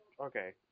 okay